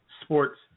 Sports